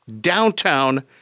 downtown